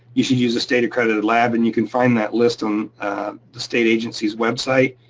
you should use a state accredited lab and you can find that list on the state agency's website.